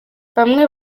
bamwe